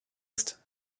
ist